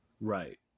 Right